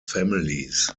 families